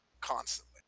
constantly